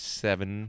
seven